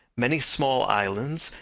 many small islands,